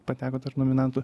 pateko tarp nominantų